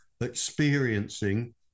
experiencing